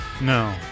no